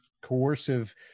coercive